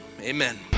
amen